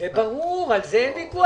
זה ברור, על זה אין ויכוח.